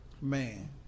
Man